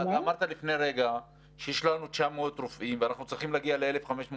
אמרת לפני רגע שיש לנו 900 רופאים ואנחנו צריכים להגיע ל-1,500 רופאים.